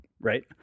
Right